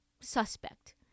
suspect